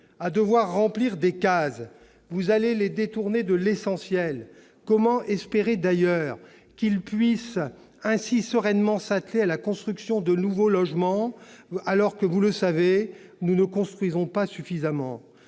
à devoir remplir des cases, vous allez les détourner de l'essentiel. Comment espérer, d'ailleurs, qu'ils puissent ainsi sereinement s'atteler à la construction de nouveaux logements, alors que, vous le savez, nous ne construisons pas suffisamment